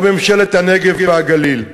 או ממשלת הנגב והגליל?